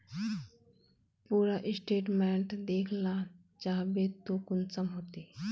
पूरा स्टेटमेंट देखला चाहबे तो कुंसम होते?